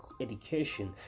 education